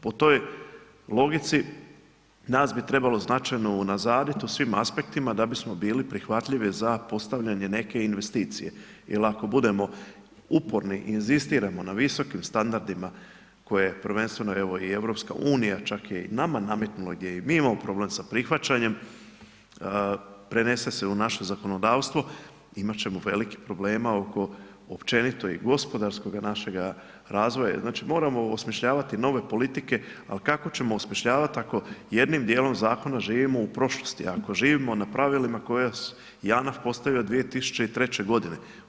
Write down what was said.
Po toj logici, nas bi trebalo značajno unazadit u svim aspektima da bismo bili prihvatljivi za postavljanje neke investicije, jer ako budemo uporni i inzistiramo na visokim standardima koje prvenstveno evo i Europska unija, čak je i nama nametnula gdje i mi imao problem sa prihvaćanjem, prenese se u naše zakonodavstvo, imat ćemo velikih problema oko općenito i gospodarskoga našega razvoja, znači moramo osmišljavati nove politike, ali kako ćemo osmišljavati ako jednim dijelom Zakona živimo u prošlosti, ako živimo na pravilima koja je JANAF postavio 2003. godine?